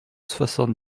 soixante